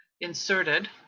inserted